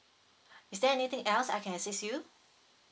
is there anything else I can assist you